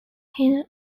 hill